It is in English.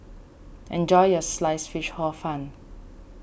enjoy your Sliced Fish Hor Fun